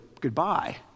goodbye